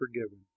forgiven